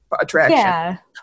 attraction